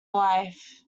life